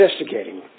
investigating